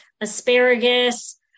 asparagus